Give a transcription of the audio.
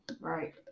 right